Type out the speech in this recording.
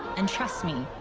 and trust me,